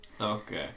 Okay